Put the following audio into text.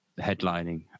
headlining